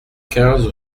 quinze